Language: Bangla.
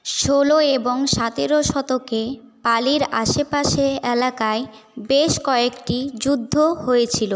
ষোলো এবং সতেরো শতকে পালির আশেপাশের এলাকায় বেশ কয়েকটি যুদ্ধ হয়েছিল